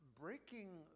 breaking